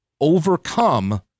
overcome